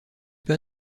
pas